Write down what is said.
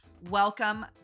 welcome